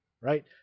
right